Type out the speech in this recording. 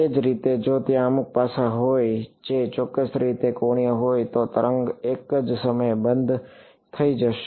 તે જ રીતે જો ત્યાં અમુક પાસા હોય જે ચોક્કસ રીતે કોણીય હોય તો તરંગ એક જ સમયે બંધ થઈ જશે